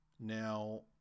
Now